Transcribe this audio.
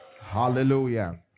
hallelujah